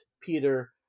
Peter